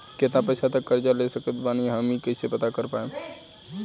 केतना पैसा तक कर्जा ले सकत बानी हम ई कइसे पता कर पाएम?